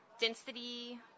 density